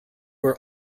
are